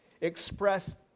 express